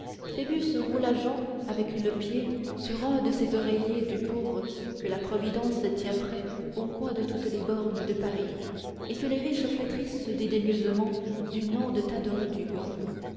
phoebus roula jehan avec le pied sur un de ces oreillers du pauvre que la providence tient prêts au coin de toutes les bornes de paris et que les riches flétrissent dédaigneusement du nom de tas d'ordures